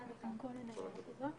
בשעה